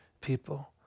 people